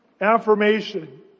affirmation